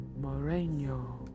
Moreno